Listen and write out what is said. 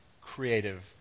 creative